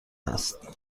است